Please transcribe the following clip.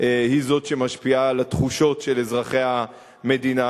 היא זאת שמשפיעה על התחושות של אזרחי המדינה.